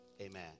Amen